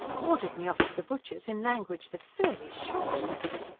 ordered me off to the butcher's in language that fairly shocked me.